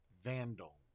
Vandal